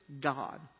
God